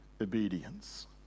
obedience